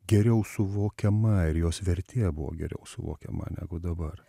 geriau suvokiama ir jos vertė buvo geriau suvokiama negu dabar